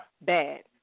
bad